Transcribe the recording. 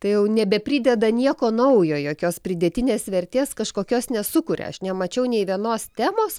tai jau nebeprideda nieko naujo jokios pridėtinės vertės kažkokios nesukuria aš nemačiau nei vienos temos